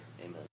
Amen